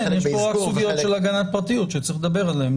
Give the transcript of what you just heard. יש פה רק סוגיות של הגנת הפרטיות שצריך לדבר עליהן.